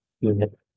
unit